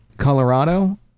Colorado